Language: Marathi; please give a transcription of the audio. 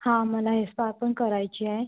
हां मला हेअर स्पा पण करायची आहे